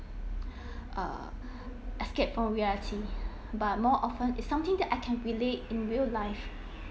uh escape from reality but more often it's something that I can relate in real life